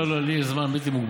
לא, לא, לי יש זמן בלתי מוגבל.